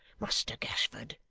muster gashford.